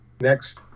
Next